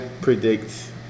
predict